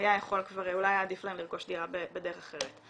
היה יכול כבר אולי עדיף להם לרכוש דירה בדרך אחרת.